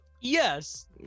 yes